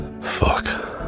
fuck